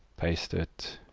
paste it